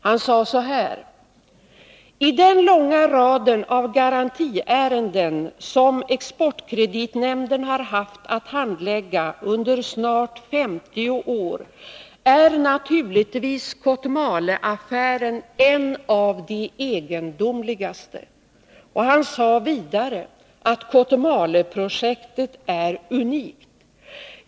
Han sade så här: ”I den långa raden av garantiärenden som Exportkreditnämnden har haft att handlägga under snart 50 år är naturligtvis Kotmale-affären en av de egendomligaste.” Han sade vidare att Kotmaleprojektet är unikt.